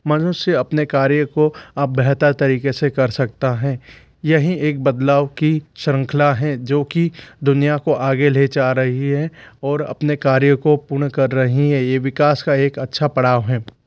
मनुष्य अपने कार्य को अब बेहतर तरीके से कर सकता हैं यही एक बदलाव की श्रृंखला है जो कि दुनिया को आगे ले जा रही है और अपने कार्यों को पूर्ण कर रही हैं ये विकास का एक अच्छा पड़ाव हैं